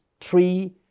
three